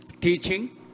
teaching